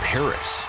Paris